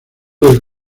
del